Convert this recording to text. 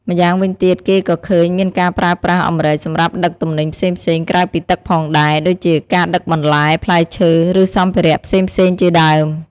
ម្យ៉ាងវិញទៀត គេក៏ឃើញមានការប្រើប្រាស់អម្រែកសម្រាប់ដឹកទំនិញផ្សេងៗក្រៅពីទឹកផងដែរ ដូចជាការដឹកបន្លែ ផ្លែឈើ ឬសម្ភារៈផ្សេងៗជាដើម។